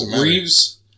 Reeves